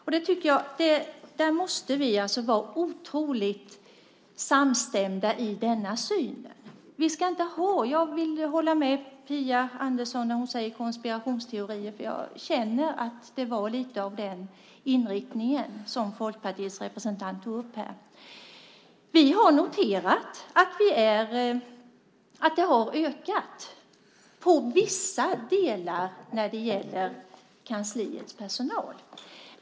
Vi måste vara otroligt samstämda i denna syn. Jag håller med Phia Andersson när hon pratar om konspirationsteorier. Jag känner att det var lite av den inriktningen i det som Folkpartiets representant tog upp här. Vi har noterat att antalet har ökat i vissa delar när det gäller kansliets personal.